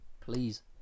Please